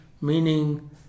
meaning